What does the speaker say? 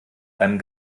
einem